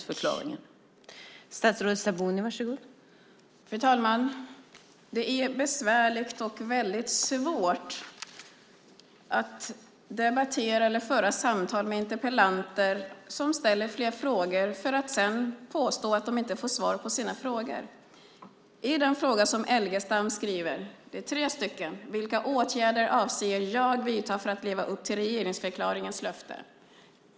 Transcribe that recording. Fru talman! Det är besvärligt och väldigt svårt att debattera eller föra samtal med interpellanter som ställer flera frågor för att sedan påstå att de inte fått svar på sina frågor. Carina Adolfsson Elgestam har tre frågor. Den första frågan är vilka åtgärder jag avser att vidta för att leva upp till regeringsförklaringens löfte.